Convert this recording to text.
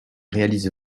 réalise